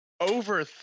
over